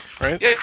right